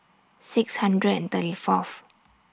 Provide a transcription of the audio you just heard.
six hundred and thirty Fourth